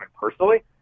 personally